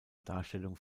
darstellung